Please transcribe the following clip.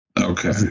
Okay